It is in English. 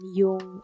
yung